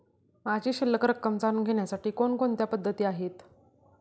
माझी शिल्लक रक्कम जाणून घेण्यासाठी कोणकोणत्या पद्धती आहेत?